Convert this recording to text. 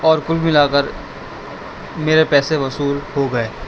اور کل ملا کر میرے پیسے وصول ہو گئے